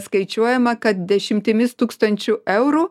skaičiuojama kad dešimtimis tūkstančių eurų